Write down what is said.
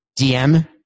DM